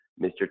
Mr